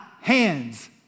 hands